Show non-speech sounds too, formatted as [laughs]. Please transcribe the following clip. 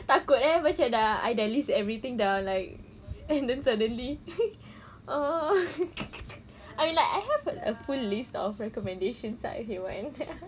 takut eh macam dah I dah list everything dah like and then suddenly [laughs] oh oh oh I mean like I have a full list of recommendations ah if you want